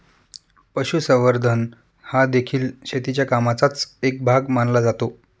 पशुसंवर्धन हादेखील शेतीच्या कामाचाच एक भाग मानला जातो